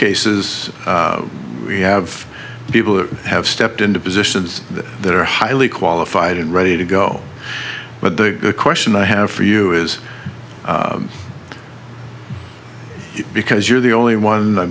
cases we have people who have stepped into positions that are highly qualified and ready to go but the question i have for you is because you're the only one i